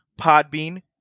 Podbean